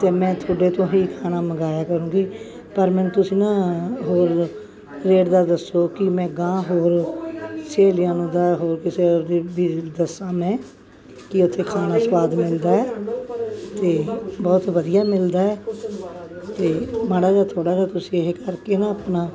ਤਾਂ ਮੈਂ ਤੁਹਾਡੇ ਤੋਂ ਹੀ ਖਾਣਾ ਮੰਗਵਾਇਆ ਕਰੂੰਗੀ ਪਰ ਮੈਨੂੰ ਤੁਸੀਂ ਨਾ ਹੋਰ ਰੇਟ ਦਾ ਦੱਸੋ ਕਿ ਮੈਂ ਅਗਾਂਹ ਹੋਰ ਸਹੇਲੀਆਂ ਨੂੰ ਦਾ ਹੋਰ ਕਿਸੇ ਵੀ ਦੱਸਾਂ ਮੈਂ ਕਿ ਉੱਥੇ ਖਾਣਾ ਸਵਾਦ ਮਿਲਦਾ ਹੈ ਅਤੇ ਬਹੁਤ ਵਧੀਆ ਮਿਲਦਾ ਹੈ ਅਤੇ ਮਾੜਾ ਜਿਹਾ ਥੋੜ੍ਹਾ ਜਿਹਾ ਤੁਸੀਂ ਇਹ ਕਰਕੇ ਨਾ ਆਪਣਾ